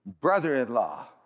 brother-in-law